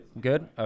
Good